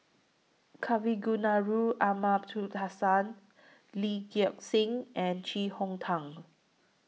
Kavignareru Amallathasan Lee Gek Seng and Chee Hong Tat